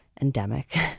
endemic